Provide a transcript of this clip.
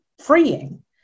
freeing